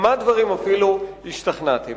ושבכמה דברים אפילו השתכנעתם.